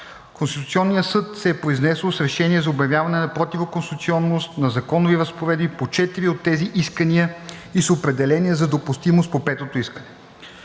Конституционният съд се е произнесъл с решение за обявяване на противоконституционност на законови разпоредби по четири от тези искания и с определение за допустимост по петото искане.